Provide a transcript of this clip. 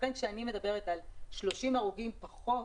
לכן, כשאני מדברת על 30 הרוגים פחות,